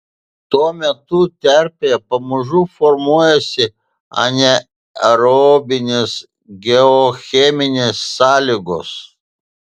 tuo metu terpėje pamažu formuojasi anaerobinės geocheminės sąlygos